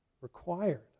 required